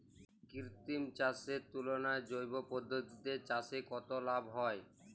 কৃত্রিম চাষের তুলনায় জৈব পদ্ধতিতে চাষে কত লাভ হয়?